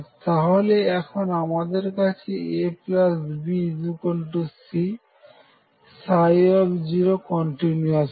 তাহলে এখন আমাদের কাছে আছে ABC কন্টিনিউয়াস হবে